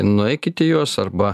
nueikit į juos arba